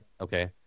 Okay